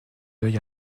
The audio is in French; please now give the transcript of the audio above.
œil